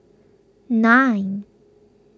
nine